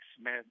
Smith